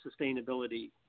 sustainability